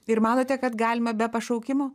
ir manote kad galima be pašaukimo